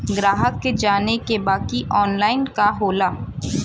ग्राहक के जाने के बा की ऑनलाइन का होला?